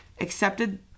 accepted